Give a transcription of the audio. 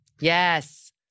Yes